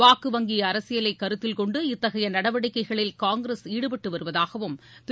வாக்கு வங்கி அரசியலைக் கருத்தில் கொண்டு இத்தகைய நடவடிக்கைகளில் காங்கிரஸ் ஈடுபட்டு வருவதாகவும் திரு